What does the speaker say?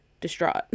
distraught